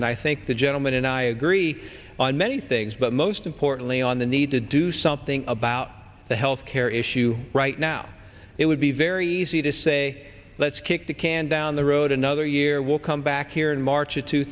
and i think the gentleman and i agree on many things but most importantly on the need to do something about the health care issue right now it would be very easy to say let's kick the can down the road another year we'll come back here in march of two